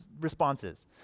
responses